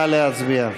נא להצביע.